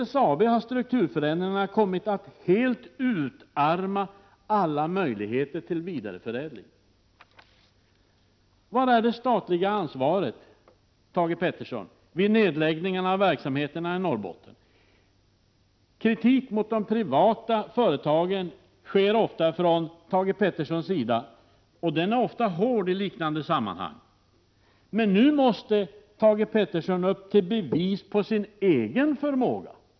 Vid SSAB har strukturförändringarna kommit att helt utarma alla — 30 november 1987 möjligheter till vidareförädling. ör a Söta Var är det statliga ansvaret vid nedläggningarna av verksamheterna i Norrbotten? Thage Peterson riktar ofta kritik mot de privata företagen. Den kritiken är ofta hård i sådana sammanhang. Men nu måste Thage Peterson upp till bevis av sin egen förmåga.